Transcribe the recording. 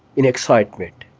in excitement.